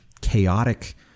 chaotic